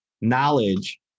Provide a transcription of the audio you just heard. knowledge